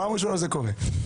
פעם ראשונה שזה קורה.